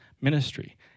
ministry